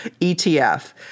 ETF